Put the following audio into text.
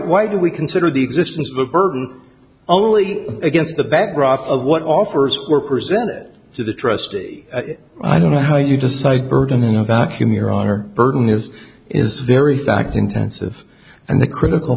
why do we consider the existence of birth only against the backdrop of what offers were presented to the trustee i don't know how you decide burden in a vacuum your honor burden yours is very fact intensive and the critical